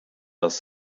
das